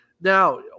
Now